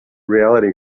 reality